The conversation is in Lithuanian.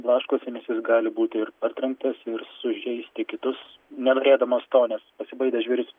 blaškosi nes jis gali būti ir partrenktas ir sužeisti kitus nenorėdamas to nes pasibaidęs žvėris